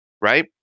right